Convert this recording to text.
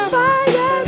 fire